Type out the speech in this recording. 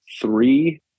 three